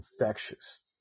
infectious